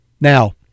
Now